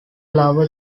lower